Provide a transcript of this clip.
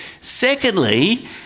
Secondly